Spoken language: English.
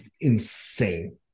insane